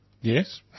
yes